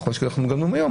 כמו שאנחנו אומרים גם היום,